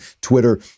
Twitter